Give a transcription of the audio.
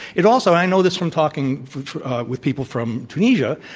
it also, i noticed, from talking with people from tunisia,